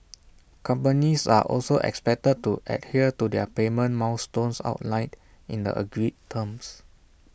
companies are also expected to adhere to their payment milestones outlined in the agreed terms